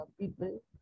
people